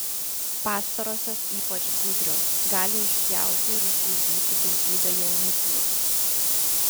pastarosios ypač gudrios gali išpjauti ir išguldyti daugybę jauniklių